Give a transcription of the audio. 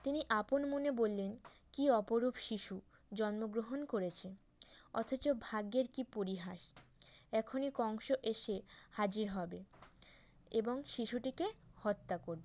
তিনি আপন মনে বললেন কী অপরূপ শিশু জন্মগ্রহণ করেছে অথচ ভাগ্যের কী পরিহাস এখনই কংস এসে হাজির হবে এবং শিশুটিকে হত্যা করবে